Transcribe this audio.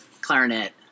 Clarinet